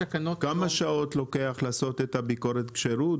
כמה שעות לוקח לעשות את הביקורת כשירות,